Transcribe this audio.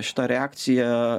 šita reakcija